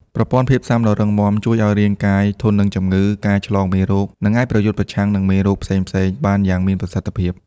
ប្រព័ន្ធភាពស៊ាំដ៏រឹងមាំជួយឱ្យរាងកាយ ធន់នឹងជំងឺ ការឆ្លងមេរោគ និងអាចប្រយុទ្ធប្រឆាំងនឹងមេរោគផ្សេងៗបានយ៉ាងមានប្រសិទ្ធភាព។